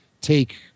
take